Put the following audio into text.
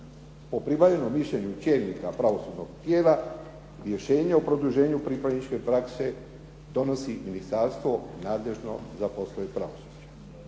O pribavljenom mišljenju čelnika pravosudnog tijela rješenje o produženju pripravničke prakse donosi ministarstvo nadležno za poslove pravosuđa.